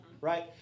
right